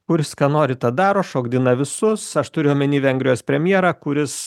kuris ką nori tą daro šokdina visus aš turiu omeny vengrijos premjerą kuris